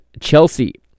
Chelsea